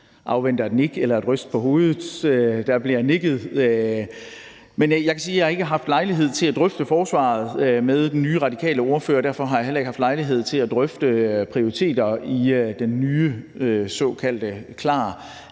afventer et nik eller en hovedrysten – der bliver nikket. Men jeg kan sige, at jeg ikke har haft lejlighed til at drøfte forsvaret med den nye radikale ordfører, og derfor har jeg heller ikke haft lejlighed til at drøfte prioriteter i den nye såkaldt KLAR-alliance.